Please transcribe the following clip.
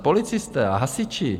Policisté a hasiči.